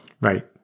Right